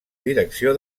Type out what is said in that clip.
direcció